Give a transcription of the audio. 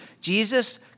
Jesus